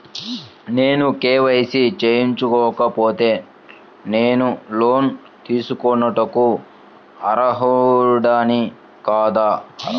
నేను కే.వై.సి చేయించుకోకపోతే నేను లోన్ తీసుకొనుటకు అర్హుడని కాదా?